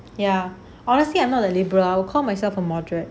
ya honestly I'm not the liberal call myself a moderate